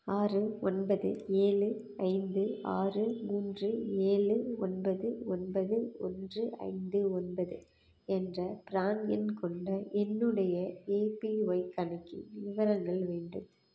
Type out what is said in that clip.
ஆறு ஒன்பது ஏழு ஐந்து ஆறு மூன்று ஏழு ஒன்பது ஒன்பது ஒன்று ஐந்து ஒன்பது என்ற ப்ரான் எண் கொண்ட என்னுடைய ஏபிஒய் கணக்கின் விவரங்கள் வேண்டும்